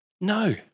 No